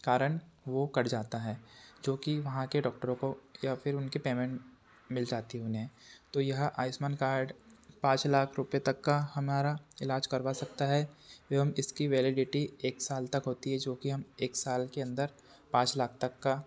कारण वो कट जाता है जो कि वहाँ के डॉक्टरों को या फिर उनकी पेमेंट मिल जाती है उन्हें तो यह आयुष्मान कार्ड पाँच लाख रुपए तक का हमारा इलाज करवा सकता है एवं इसकी वेलेडिटी एक साल तक होती है जो कि हम एक साल के अंदर पाँच लाख तक का